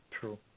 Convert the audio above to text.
True